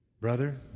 Brother